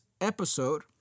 episode